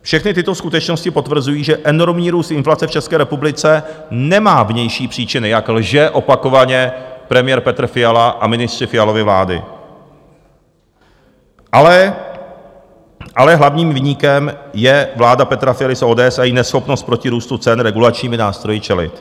Všechny tyto skutečnosti potvrzují, že enormní růst inflace v České republice nemá vnější příčiny, jak lže opakovaně premiér Petr Fiala a ministři Fialovy vlády, ale hlavním viníkem je vláda Petra Fialy z ODS a její neschopnost proti růstu cen regulačními nástroji čelit.